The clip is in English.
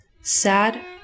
sad